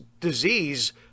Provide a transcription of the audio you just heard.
disease